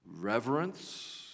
reverence